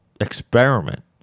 experiment